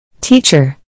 Teacher